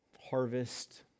harvest